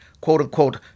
quote-unquote